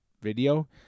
video